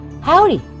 Howdy